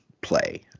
play